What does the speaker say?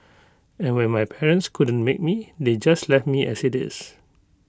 and when my parents couldn't make me they just left me as IT is